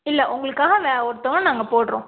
இல்லை உங்களுக்காக ஒருத்தர நாங்கள் போடுகிறோம்